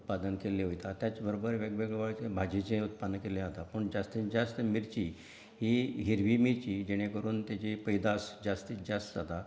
उत्पादन केल्ली वता त्यात बरबर वेगवेगळें भाजीचें उत्पादन केल्लें वता पूण जास्तींत जास्त मिर्ची ही हिरवी मिर्ची जिणें करून तेची पयदास जास्तींत जास्त जाता